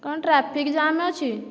କ'ଣ traffic jam ଅଛି